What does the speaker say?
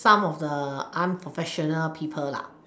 some of the unprofessional people lah